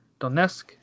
Donetsk